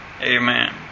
Amen